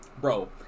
bro